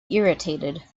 irritated